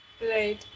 right